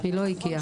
היא לא הגיעה.